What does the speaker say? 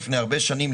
לפני הרבה שנים,